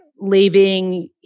leaving